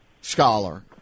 scholar